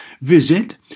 Visit